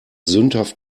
sündhaft